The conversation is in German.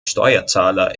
steuerzahler